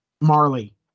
marley